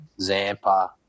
Zampa